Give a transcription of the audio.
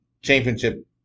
championship